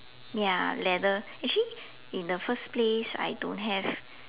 ya leather actually in the first place I don't have